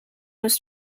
was